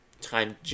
time